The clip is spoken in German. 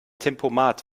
tempomat